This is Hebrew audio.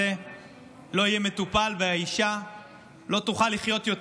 יהיה מטופל והאישה לא תוכל לחיות יותר.